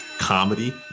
comedy